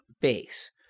base